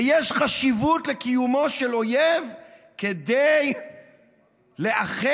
ויש חשיבות לקיומו של אויב כדי לאחד,